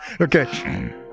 okay